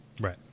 Right